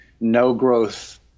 no-growth